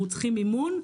אנחנו צריכים מימון.